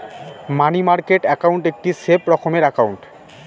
মানি market account একটি safe রকমের account